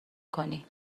کنی